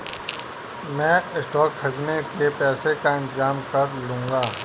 मैं स्टॉक्स खरीदने के पैसों का इंतजाम कर लूंगा